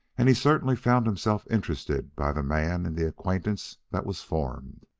and he certainly found himself interested by the man in the acquaintance that was formed.